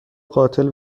قاتل